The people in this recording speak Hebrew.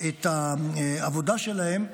את העבודה שלהם,